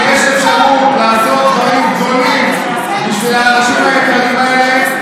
כשיש אפשרות לעשות דברים גדולים בשביל האנשים היקרים האלה,